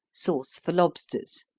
sauce for lobsters.